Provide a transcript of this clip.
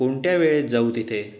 कोणत्या वेळेत जाऊ तिथे